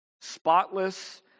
Spotless